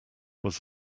was